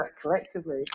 collectively